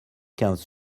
quinze